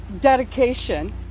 dedication